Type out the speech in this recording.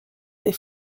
des